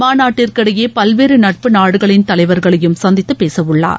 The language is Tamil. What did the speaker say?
மாநாட்டிற்கிடையே பல்வேறு நட்பு நாடுகளின் தலைவர்களையும் சந்தித்து பேசவுள்ளார்